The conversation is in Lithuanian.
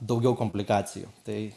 daugiau komplikacijų tai